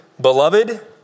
Beloved